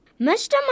Mr